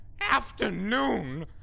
Afternoon